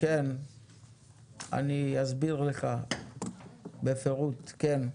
אני אסביר לך בפירוט, כן.